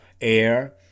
air